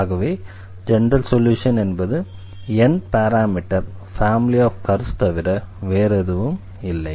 ஆகவே general solution என்பது n parameter family of curves தவிர வேறெதுவுமில்லை